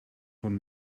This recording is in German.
von